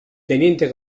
teniente